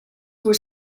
were